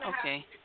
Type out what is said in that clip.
Okay